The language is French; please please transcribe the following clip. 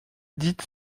dite